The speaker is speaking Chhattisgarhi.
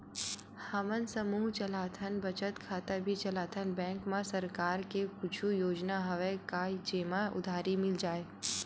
हमन समूह चलाथन बचत खाता भी चलाथन बैंक मा सरकार के कुछ योजना हवय का जेमा उधारी मिल जाय?